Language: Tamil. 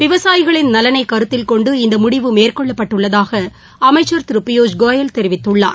விவசாயிகளின் நலனை கருத்தில் கொண்டு இந்த முடிவு மேற்கொள்ளப்பட்டுள்ளதாக அமைச்சர் திரு பியூஷ் கோயல் தெரிவித்துள்ளார்